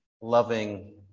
loving